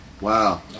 Wow